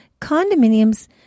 condominiums